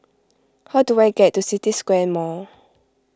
how do I get to City Square Mall